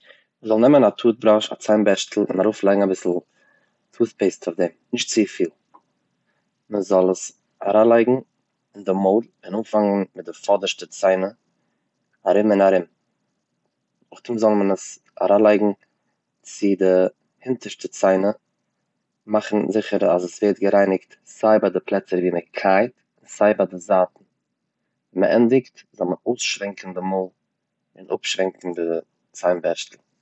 מען זאל נעמען א טוטבראש, א ציינבערשטל און ארויפלייגן אביסל טוטפעיסט אויף דעם נישט צופיל, מ'זאל עס אריינלייגן אין די מויל און אנפאנגען מיט די פאדערשטע ציינער ארום און ארום, נאכדעם זאל מען עס אריינלייגן צו די הונטערשטע ציינער, מאכן זיכער אז עס ווערט גערייניגט סיי ביי די פלעצער ווי מען קייט, סיי ביי די זייט, ווען מען ענדיגט זאל מען אפשווענקן די מויל און אפשווענקן די ציין בערשטל.